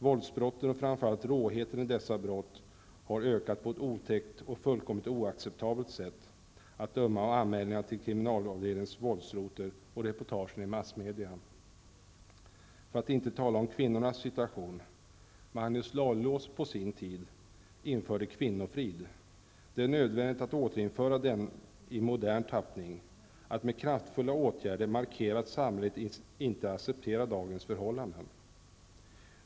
Våldsbrotten och framför allt råheten i dessa brott, har ökat på ett otäckt och fullständigt oacceptabelt sätt att döma av anmälningarna till kriminalavdelningens våldsrotel och reportagen i massmedia. För att inte tala om kvinnornas situation. Magnus Ladulås på sin tid införde kvinnofrid. Det är nödvändigt att återinföra denna i modern tappning och att med kraftfulla åtgärder markera att samhället inte accepterar dagens förhållanden.